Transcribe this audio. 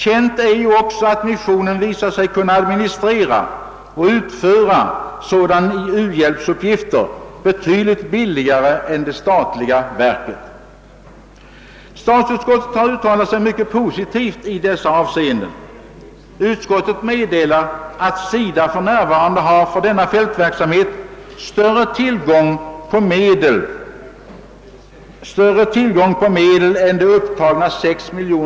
Känt är också att missionen visat sig kunna administrera och utföra u-landsuppgifter betydligt billigare än det statliga verket. Statsutskottet har uttalat sig positivt om motionen. Utskottet meddelar att SIDA för närvarande har större tillgång på medel för denna anslagspost, för vilken i riksstaten upptagits 6 miljoner kronor, än som beräknas erforderligt för att täcka organisationernas medelsbehov.